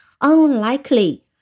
unlikely